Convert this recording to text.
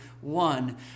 one